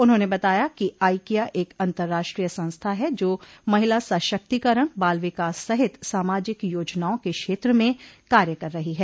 उन्होंने बताया कि आइकिया एक अतंर्राष्ट्रीय संस्था है जो महिला सशक्तिकरण बाल विकास सहित सामाजिक योजनाओं के क्षेत्र में कार्य कर रही है